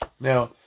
Now